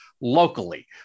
locally